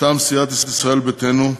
מטעם סיעת ישראל ביתנו,